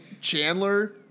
Chandler